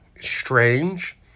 strange